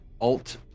Alt